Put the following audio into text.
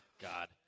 God